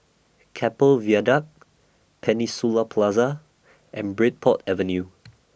Keppel Viaduct Peninsula Plaza and Bridport Avenue